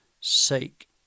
sake